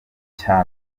cya